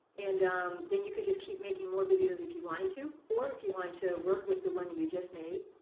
and um then you could just keep making more videos if you wanted to, or if you wanted to work with the one you just made,